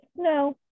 No